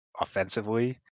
offensively